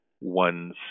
one's